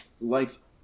likes